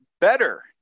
better